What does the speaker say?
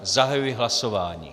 Zahajuji hlasování.